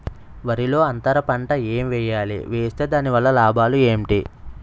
వరిలో అంతర పంట ఎం వేయాలి? వేస్తే దాని వల్ల లాభాలు ఏంటి?